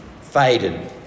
faded